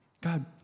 God